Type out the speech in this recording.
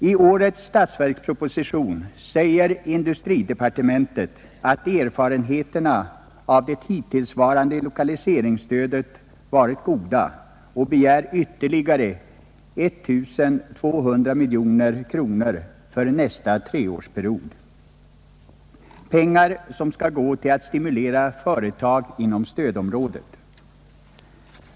I årets statsverksproposition säger chefen för industridepartementet att erfarenheterna av det hittillsvarande lokaliseringsstödet varit goda och begär ytterligare 1 200 miljoner kronor för nästa treårsperiod, pengar som skall gå till att stimulera företag inom stödområdet.